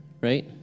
Right